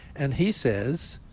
and he says,